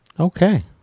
Okay